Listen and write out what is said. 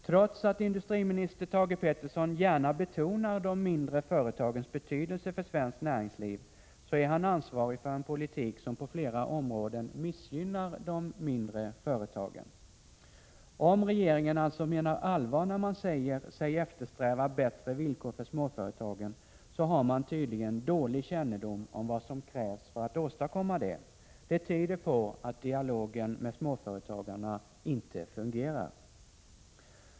Trots att industriminister Thage G. Peterson gärna betonar de mindre företagens betydelse för svenskt näringsliv, är han ansvarig för en politik som på flera områden missgynnar de mindre företagen. Om regeringen alltså menar allvar när den säger sig eftersträva bättre villkor för småföretagen, har den tydligen dålig kännedom om vad som krävs för att åstadkomma det. Det tyder på att dialogen med småföretagarna inte fungerar.